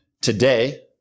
today